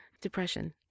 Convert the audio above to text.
depression